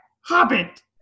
hobbit